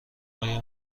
آیا